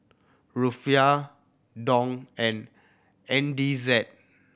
Rufiyaa Dong and N D Z